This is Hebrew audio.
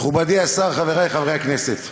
מכובדי השר, חברי חברי הכנסת,